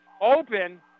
Open